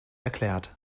erklärt